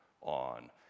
on